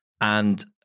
And-